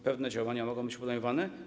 Pewne działania mogą być podejmowane.